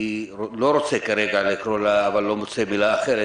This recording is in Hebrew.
כפי שעשינו לאחרונה בבית שמש ובנתיבות.